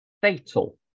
fatal